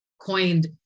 coined